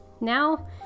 Now